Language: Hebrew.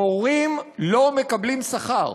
מורים לא מקבלים שכר,